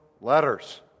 letters